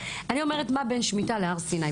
אני אומרת מה בין שמיטה להר סיני?